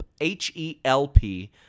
H-E-L-P